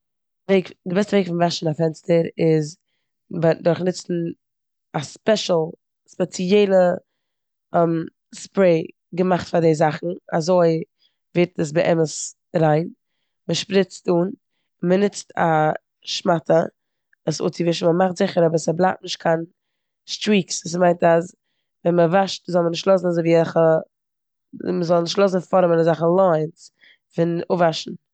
די בעסטע וועג פון וואשן א פענסטער איז בא- דורכן נוצן א ספעשיל- ספעציעלע ספרעי געמאכט פאר די זאכן, אזוי ווערט עס באמת ריין, מ'שפריצט אן און מ'נוצט א שמאטע עס אפציווישן. מ'מאכט זיכער אבער אז ס'בלייבט נישט קיין סטריקס, סאו ס'מיינט אז ווען מ'וואשט זאל מען נישט לאזן אזויווי אזעלכע- מ'זאל נישט לאזן פארעמען אזעלכע ליינס פון אפוואשן.